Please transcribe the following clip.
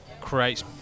creates